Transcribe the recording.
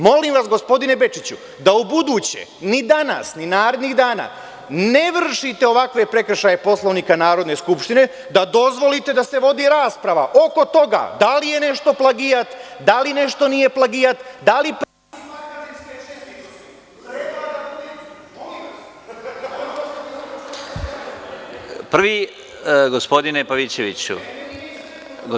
Molim vas, gospodine Bečiću, da u buduće, ni danas, ni narednih dana, ne vršite ovakve prekršaje Poslovnika Narodne skupštine, da dozvolite da se vodi rasprava oko toga da li je nešto plagijat, da li nešto nije plagijat, da li princip akademske čestitosti treba da bude…